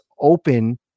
open